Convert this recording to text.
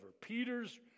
Peter's